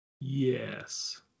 yes